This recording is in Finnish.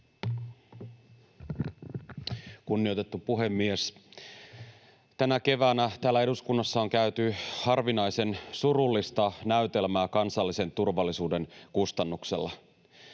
Kunnioitettu puhemies! Tänä keväänä täällä eduskunnassa on käyty harvinaisen surullista näytelmää kansallisen turvallisuuden kustannuksella.